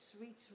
reach